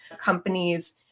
companies